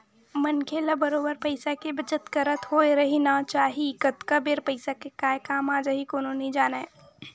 मनखे ल बरोबर पइसा के बचत करत होय रहिना चाही कतका बेर पइसा के काय काम आ जाही कोनो नइ जानय